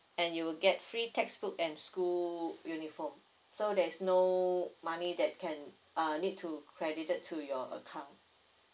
and you will get free textbook and school uniform so there's no money that can uh need to credited to your account